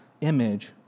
image